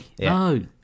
No